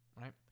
Right